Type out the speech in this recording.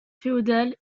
féodale